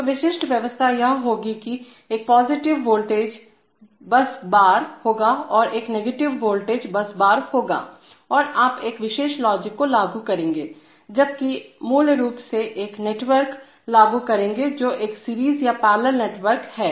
तो विशिष्ट व्यवस्था यह होगी कि एक पॉजिटिव वोल्टेज बस बार होगा और एक नेगेटिव वोल्टेज बस बार होगा और आप एक विशेष लॉजिक को लागू करेंगे जबकि आप मूल रूप से एक नेटवर्क लागू करेंगे जो एक सीरीज या पैरेलल नेटवर्क है